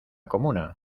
comuna